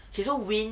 he so win